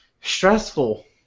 stressful